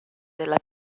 della